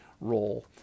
role